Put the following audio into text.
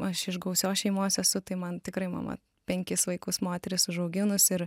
aš iš gausios šeimos esu tai man tikrai mama penkis vaikus moteris užauginus ir